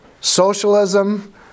socialism